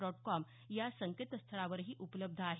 dot com या संकेतस्थळावरही उपलब्ध आहे